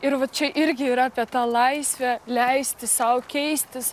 ir va čia irgi yra apie tą laisvę leisti sau keistis